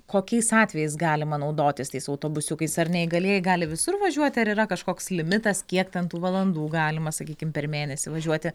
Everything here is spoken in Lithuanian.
kokiais atvejais galima naudotis tais autobusiukais ar neįgalieji gali visur važiuoti ar yra kažkoks limitas kiek ten tų valandų galima sakykim per mėnesį važiuoti